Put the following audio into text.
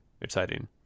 exciting